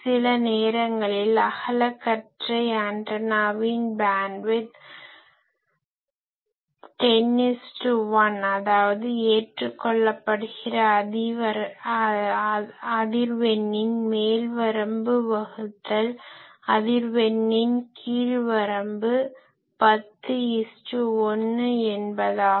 சில நேரங்களில் அகலக்கற்றை ஆண்டனாவின் பேன்ட்விட்த் 101 அதாவது ஏற்றுக்கொள்ளப்படுகிற அதிர்வெண்ணின் மேல் வரம்பு வகுத்தல் அதிர்வெண்ணின் கீழ் வரம்பு 101 என்பதாகும்